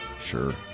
Sure